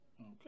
Okay